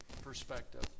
perspective